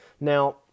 Now